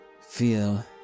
feel